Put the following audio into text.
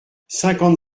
cinquante